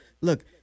look